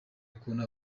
ukuntu